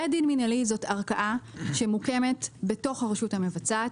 בית דין מנהלי זאת ערכאה שמוקמת בתוך הרשות המבצעת.